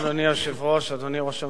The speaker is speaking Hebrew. אדוני היושב-ראש, אדוני ראש הממשלה,